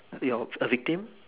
your a victim